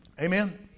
Amen